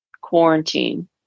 quarantine